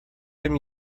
him